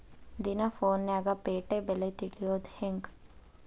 ದಿನಾ ಫೋನ್ಯಾಗ್ ಪೇಟೆ ಬೆಲೆ ತಿಳಿಯೋದ್ ಹೆಂಗ್?